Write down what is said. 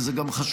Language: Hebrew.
וזה גם חשוב,